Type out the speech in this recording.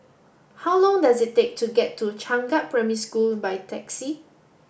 how long does it take to get to Changkat Primary School by taxi